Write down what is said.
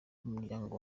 umuryango